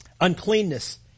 Uncleanness